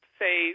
say –